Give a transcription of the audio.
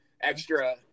extra